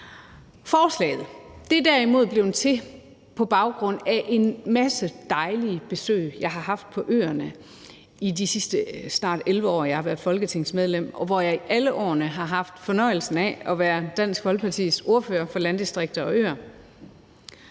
Forslaget er derimod blevet til på baggrund af en masse dejlige besøg, jeg har haft på øerne i de sidste snart 11 år, jeg har været folketingsmedlem, og jeg har i alle årene haft fornøjelsen af at være Dansk Folkepartis ordfører for landdistrikter og øer.